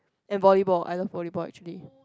and volleyball I love volleyball actually